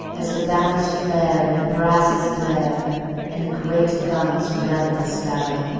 as the banners flare and the brasses blare and the great guns rend the sky?